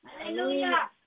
Hallelujah